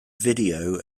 video